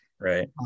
right